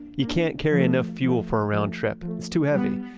you can't carry enough fuel for a round trip. it's too heavy.